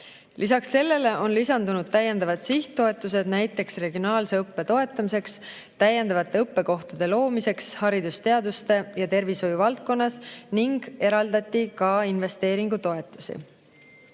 Lisaks sellele on lisandunud täiendavad sihttoetused, näiteks regionaalse õppe toetamiseks, täiendavate õppekohtade loomiseks haridusteaduste ja tervishoiu valdkonnas, ning eraldati ka investeeringutoetusi.